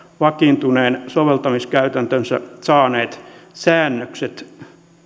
vakiintuneen soveltamiskäytäntönsä saaneet säännökset